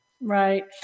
Right